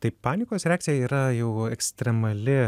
tai panikos reakcija yra jau ekstremali